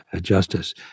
justice